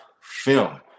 film